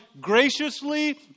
graciously